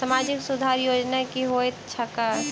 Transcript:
सामाजिक सुरक्षा योजना की होइत छैक?